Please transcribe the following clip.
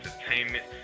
Entertainment